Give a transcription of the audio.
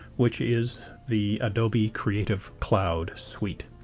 which is the adobe creative cloud suite.